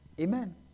Amen